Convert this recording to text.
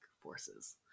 forces